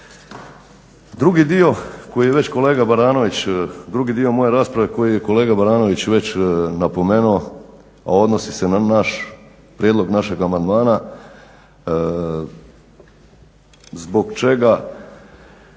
drugi dio moje rasprave koji je kolega Baranović već napomenuo, a odnosi se na naš prijedlog našeg amandmana, zbog čega